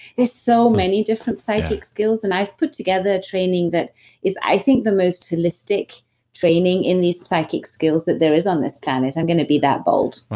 there's so many different psychic skills and i've put together a training that is i think the most holistic training in these psychic skills that there is on this planet. i'm going to be that bold